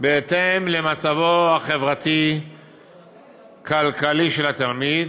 בהתאם למצבו החברתי-כלכלי של התלמיד.